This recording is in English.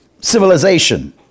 civilization